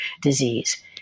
disease